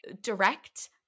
direct